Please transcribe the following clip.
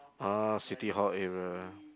ah City Hall area